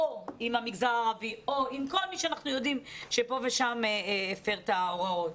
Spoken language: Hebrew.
או עם המגזר הערבי או עם כל מי שאנחנו יודעים שפה ושם הפר את ההוראות.